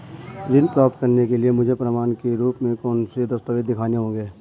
ऋण प्राप्त करने के लिए मुझे प्रमाण के रूप में कौन से दस्तावेज़ दिखाने होंगे?